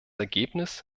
ergebnis